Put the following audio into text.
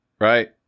Right